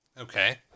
Okay